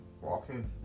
walking